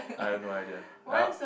I have no idea